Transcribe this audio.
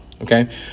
Okay